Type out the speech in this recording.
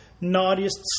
naughtiest